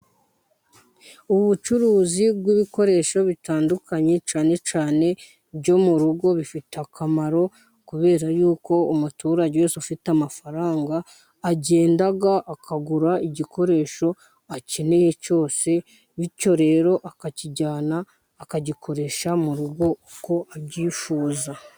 Ubu bucuruzi bw'ibikoresho bitandukanye, cyane cyane ibyo mu rugo bifite akamaro, kubera yuko umuturage wese ufite amafaranga agenda akagura igikoresho, akeneye cyose bityo rero akakijyana akagikoresha, mu rugo uko abyifuza.